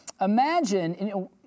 Imagine